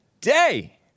day